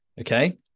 okay